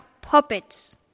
puppets